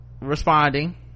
responding